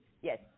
yes